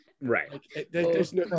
right